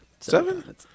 Seven